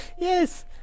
Yes